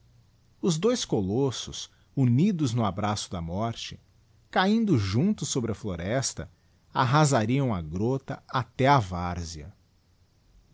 os dois couossos unidos no abraço da morte cahindo juntos sobre a floresta arrasariam a grota até á várzea